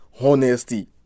honesty